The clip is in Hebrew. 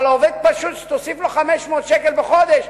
אבל עובד פשוט שתוסיף לו 500 שקל בחודש,